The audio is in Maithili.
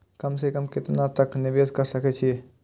कम से कम केतना तक निवेश कर सके छी ए?